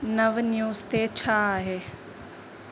नव न्यूज़ छा आहे